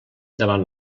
davant